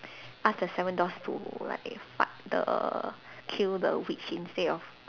ask the seven dwarfs to like fight the kill the witch instead of